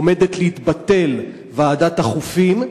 עומדת להתבטל ועדת החופים,